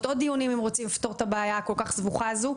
עוד דיונים אם רוצים לפתור את הבעיה הכל-כך סבוכה הזו.